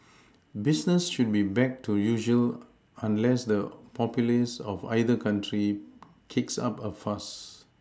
business should be back to usual unless the populace of either country kicks up a fuss